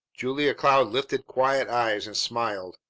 julia cloud lifted quiet eyes and smiled.